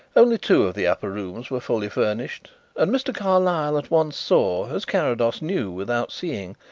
only two of the upper rooms were fully furnished and mr. carlyle at once saw, as carrados knew without seeing,